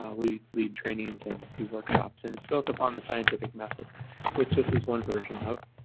um lead lead trainings and do workshops, and it's built upon the scientific method which this is one version of,